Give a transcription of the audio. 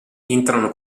entrano